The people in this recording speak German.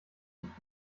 nicht